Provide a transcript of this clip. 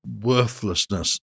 worthlessness